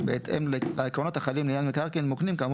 בהתאם לעקרונות החלים לעניין מקרקעין מוקנים כאמור